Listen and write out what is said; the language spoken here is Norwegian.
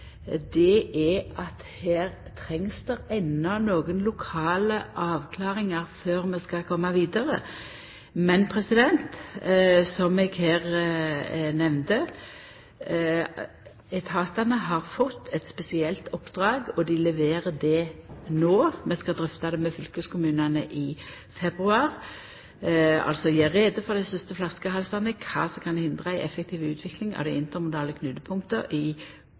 er at her trengst det enno nokre lokale avklaringar før vi kan koma vidare. Men som eg her nemnde, har etatane fått eit spesielt oppdrag, og dei leverer det no. Vi skal drøfta det med fylkeskommunane i februar og gjera greie for dei største flaskehalsane og kva som kan hindra ei effektiv utvikling av dei intermodale knutepunkta i